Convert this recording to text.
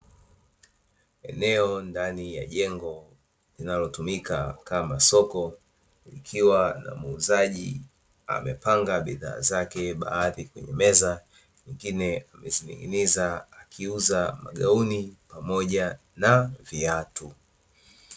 Eneo ndani ya jengo, linalotumika kama soko likiwa na muuzaji amepanga bidhaa zake baadhi kwenye meza, nyingine amezininginiza akiuza magauni pamoja na viatu.